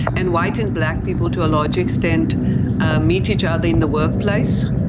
and white and black people to a large extent ah meet each other in the workplace.